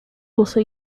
also